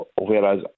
Whereas